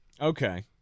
Okay